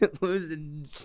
Losing